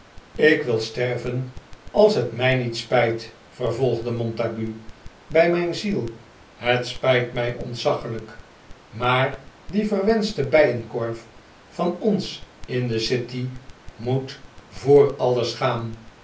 ik wil sterven als het mij niet spijt vervolgde montague bij mijn ziel het spijt mij ontzaglijk maar die verwenschte bijenkorf van ons in de city moet voor alles gaan